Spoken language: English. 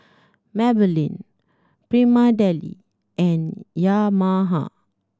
Maybelline Prima Deli and Yamaha